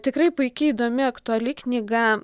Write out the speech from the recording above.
tikrai puiki įdomi aktuali knyga